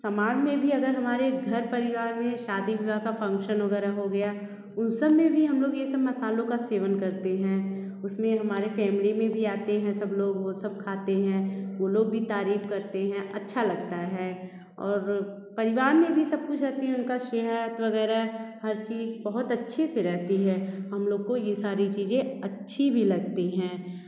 समान में भी अगर हमारे घर परिवार में शादी विवाह का फंक्शन वग़ैरह हो गया उन सब में भी हम लोग ये सब मसालों का सेवन करते हैं उसमें हमारे फैमिली में भी आते हैं सब लोग वो सब खाते हैं वो लोग भी तारीफ़ करते हैं अच्छा लगता है और परिवार में भी सब कुछ जैसे उनका सेहत वग़ैरह हर चीज़ बहुत अच्छे से रहती है हम लोगों को ये सारी चीज़े अच्छी भी लगती हैं